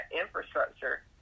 infrastructure